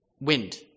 wind